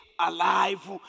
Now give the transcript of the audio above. alive